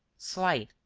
slight,